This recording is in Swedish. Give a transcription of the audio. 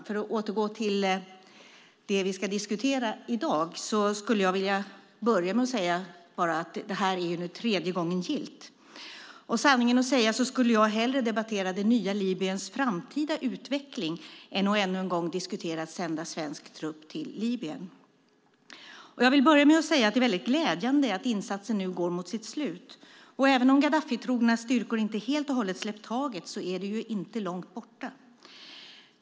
Jag ska nu gå till det vi ska diskutera i dag. Det här är nu tredje gången gillt. Sanningen att säga skulle jag hellre debattera det nya Libyens framtida utveckling än att ännu en gång diskutera att sända svensk trupp till Libyen. Jag vill börja med att säga att det är glädjande att insatsen nu går mot sitt slut. Även om Gaddafitrogna styrkor inte helt och hållet släppt taget är det inte långt borta.